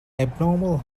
abnormal